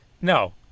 no